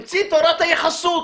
המציא תורת היחסות.